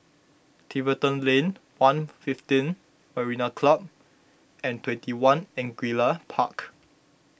Tiverton Lane one fifteen Marina Club and twenty one Angullia Park